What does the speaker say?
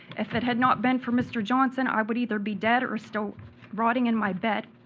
if it had not been for mr. johnson, i would either be dead or still rotting in my bed.